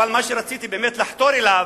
אבל מה שרציתי באמת לחתור אליו,